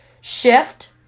shift